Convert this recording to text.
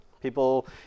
People